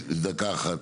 דקה אחת,